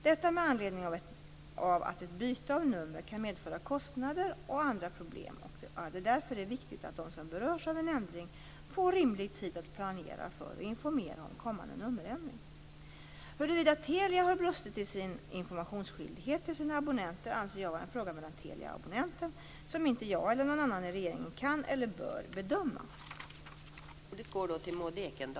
Detta med anledning av att ett byte av nummer kan medföra kostnader och andra problem och att det därför är viktigt att de som berörs av en ändring får rimlig tid att planera för och informera om kommande nummerändring. Huruvida Telia har brustit i sin informationsskyldighet till sina abonnenter anser jag vara en fråga mellan Telia och abonnenten, som inte jag eller någon annan i regeringen kan eller bör bedöma.